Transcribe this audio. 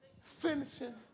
Finishing